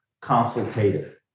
consultative